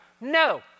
no